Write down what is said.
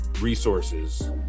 resources